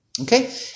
Okay